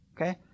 Okay